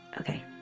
Okay